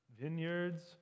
vineyards